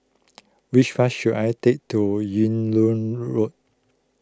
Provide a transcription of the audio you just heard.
which bus should I take to Yung Loh Road